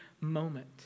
moment